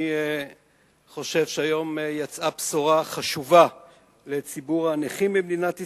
אני חושב שהיום יצאה בשורה חשובה לציבור הנכים במדינת ישראל,